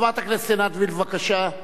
חברת הכנסת עינת וילף, בבקשה.